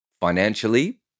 Financially